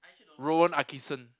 Rowan-Atkinson